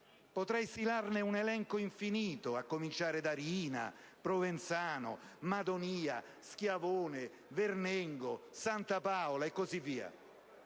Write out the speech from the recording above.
Potrei stilare un elenco infinito, a cominciare da Riina, Provenzano, Madonia, Schiavone, Vernengo, Santapaola, e così via.